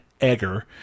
Egger